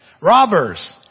Robbers